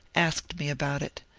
asked me about it.